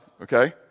okay